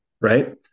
Right